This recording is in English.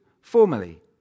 formally